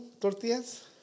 tortillas